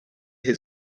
his